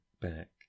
back